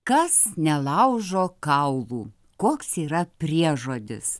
kas nelaužo kaulų koks yra priežodis